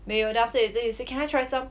没有 then after that later he say can I try some